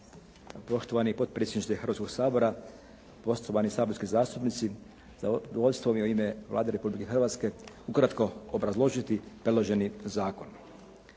Poštovani potpredsjedniče Hrvatskog sabora, poštovani saborski zastupnici. Zadovoljstvo mi je u ime Vlade Republike Hrvatske ukratko obrazložiti predloženi zakon.